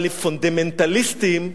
אבל לפונדמנטליסטים,